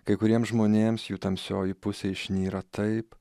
kai kuriems žmonėms jų tamsioji pusė išnyra taip